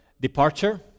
departure